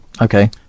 Okay